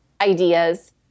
ideas